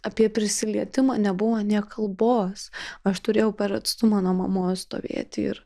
apie prisilietimą nebuvo nė kalbos aš turėjau per atstumą nuo mamos stovėti ir